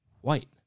white